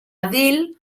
edil